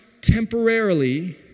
temporarily